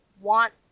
want